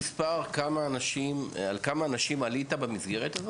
יש לך מספר, על כמה אנשים עלית במסגרת הזאת?